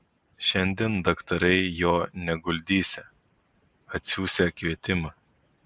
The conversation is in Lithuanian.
šiandien daktarai jo neguldysią atsiųsią kvietimą